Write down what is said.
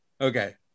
Okay